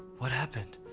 what happened?